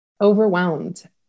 overwhelmed